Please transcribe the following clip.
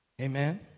Amen